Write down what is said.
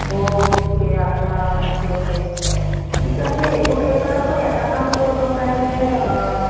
okay আচ্ছা okay okay ঠিক আছে সেইটো কেছত আপুনি এটা কাম কৰিব পাৰে যে